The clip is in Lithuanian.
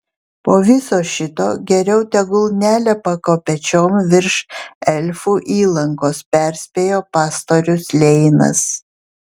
po viso šito geriau tegul nelipa kopėčiom virš elfų įlankos perspėjo pastorius leinas